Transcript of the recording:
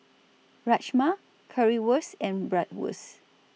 Rajma Currywurst and Bratwurst